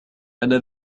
أنا